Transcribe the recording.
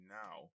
now